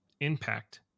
impact